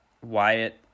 Wyatt